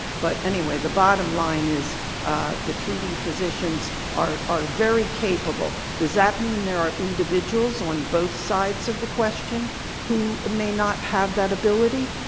but anyway, the bottom line is the treating physicians are are very capable. does that mean there are individuals on both sides of the question who may not have that ability?